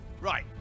Right